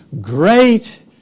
great